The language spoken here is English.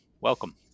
Welcome